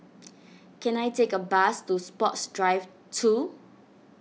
can I take a bus to Sports Drive two